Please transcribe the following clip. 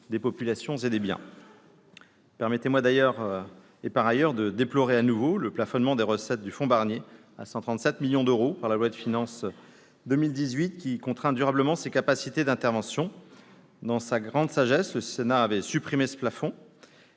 des populations et des biens. Permettez-moi, par ailleurs, de déplorer à nouveau le plafonnement des recettes du fonds Barnier à 137 millions d'euros par la loi de finances pour 2018, qui contraint durablement ses capacités d'intervention. Dans sa grande sagesse, le Sénat avait supprimé ce plafond,